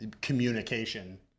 communication